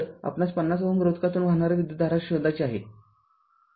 तरआपणास ५० Ω रोधकातून वाहणारी विद्युतधारा शोधायची आहे